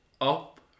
up